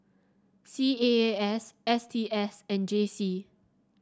C A A S S T S and J C